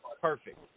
Perfect